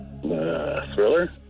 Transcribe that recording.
Thriller